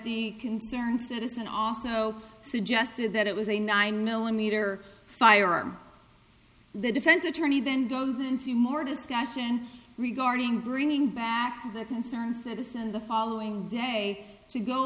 the concerned citizen also suggested that it was a nine millimeter firearm the defense attorney then goes into more discussion regarding bringing back to the concerned citizen the following day to go